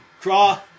draw